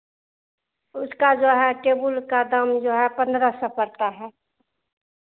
उसका जो है टेबुल का दाम जो है पन्द्रह सौ पड़ता है